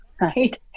right